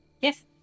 Yes